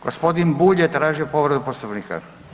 Gospodin Bulj je tražio povredu Poslovnika.